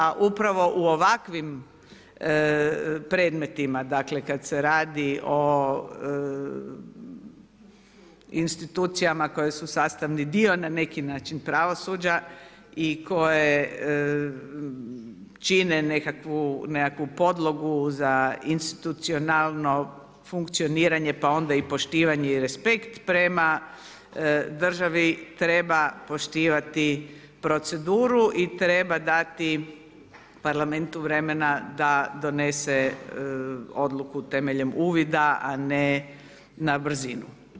A upravo u ovakvim predmetima, dakle, kada se radi o institucijama koji su sastavni dio na neki način pravosuđa i koje čine nekakvu podlogu za institucionalno funkcioniranje, pa onda i poštivanje i respekt prema državi, treba poštivati proceduru i treba dati Parlamentu vremena da donese odluku temeljem uvida a ne na brzinu.